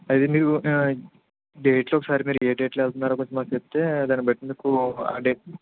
అది మీరు కూడా ఆ డేట్లో ఒకసారి మీరు ఏ డేట్లో వెళ్తున్నారు మాకు చెప్తే దాన్ని బట్టి మీకు ఆ డేటు